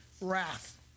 wrath